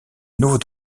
nouveau